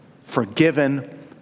forgiven